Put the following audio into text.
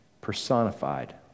Personified